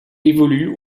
évolue